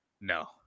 No